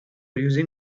using